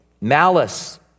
malice